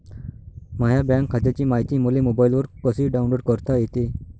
माह्या बँक खात्याची मायती मले मोबाईलवर कसी डाऊनलोड करता येते?